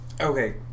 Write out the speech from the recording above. Okay